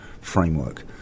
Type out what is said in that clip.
framework